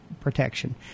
protection